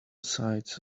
sides